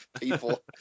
people